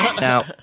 Now